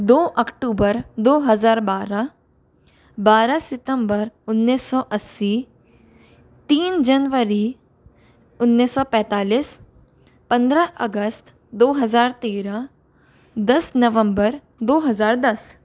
दो अक्टूबर दो हज़ार बारह बारह सितंबर उन्नीस सौ अस्सी तीन जनवरी उन्नीस सौ पैंतालीस पंद्रह अगस्त दो हज़ार तेरह दस नवंबर दो हज़ार दस